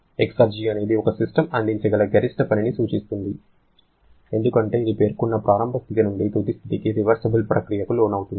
exergy అనేది ఒక system అందించగల గరిష్ట పనిని సూచిస్తుంది ఎందుకంటే ఇది పేర్కొన్న ప్రారంభ స్థితి నుండి తుది స్థితికి రివర్సిబుల్ ప్రక్రియకు లోనవుతుంది